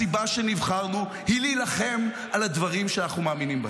הסיבה שנבחרנו היא להילחם על הדברים שאנחנו מאמינים בהם.